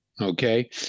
Okay